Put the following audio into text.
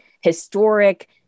historic